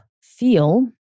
feel